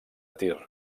tir